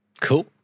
Cool